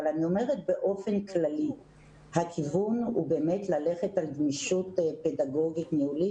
אני אומרת באופן כללי שהכיוון הוא ללכת על גמישות פדגוגית ניהולית.